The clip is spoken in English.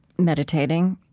meditating,